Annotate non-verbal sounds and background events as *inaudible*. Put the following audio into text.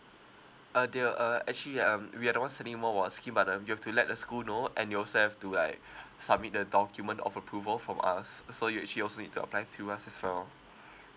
uh they'll uh actually um we are the ones sending you more about our scheme but um you have to let the school know and you also have to like *breath* submit the document of approval from us uh so you actually also need to apply through us as well *breath*